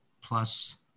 plus